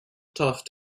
tough